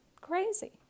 Crazy